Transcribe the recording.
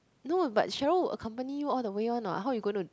no but Cheryl will accompany you all the way [one] [what] how you gonna